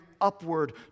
upward